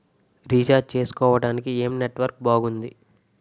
Recharge చేసుకోవటానికి ఏం network బాగుంది?